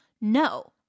no